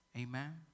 Amen